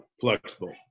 flexible